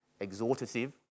exhortative